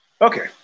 Okay